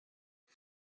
und